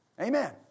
Amen